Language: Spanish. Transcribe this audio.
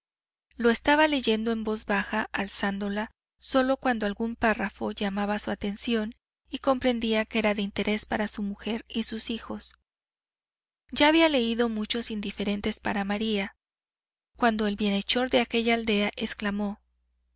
lo estaba leyendo en voz baja alzándola solo cuando algún párrafo llamaba su atención y comprendía que era de interés para su mujer y sus hijos ya había leído muchos indiferentes para maría cuando el bienhechor de aquella aldea exclamó